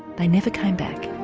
they never came back.